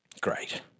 Great